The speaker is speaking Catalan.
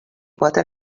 quatre